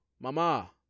mama